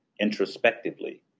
introspectively